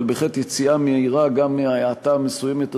אבל בהחלט יציאה מהירה מההאטה המסוימת הזאת,